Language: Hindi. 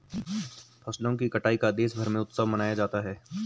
फसलों की कटाई का देशभर में उत्सव मनाया जाता है